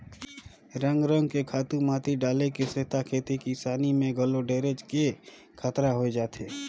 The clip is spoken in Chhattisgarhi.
रंग रंग के खातू माटी डाले के सेथा खेती किसानी में घलो ढेरेच के खतरा होय जाथे